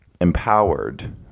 empowered